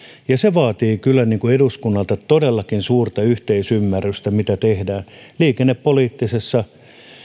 se vaatii kyllä eduskunnalta todellakin suurta yhteisymmärrystä siitä mitä tehdään liikennepoliittisessa